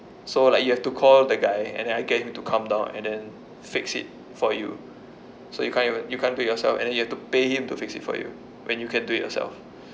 so like you have to call the guy and then I get him to come down and then fix it for you so you can't even you can't do it yourself and then you have to pay him to fix it for you when you can do it yourself